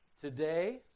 today